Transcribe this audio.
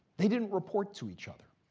they didn't report to each other.